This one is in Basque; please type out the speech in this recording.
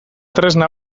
tresna